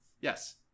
Yes